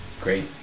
great